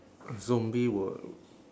zombie will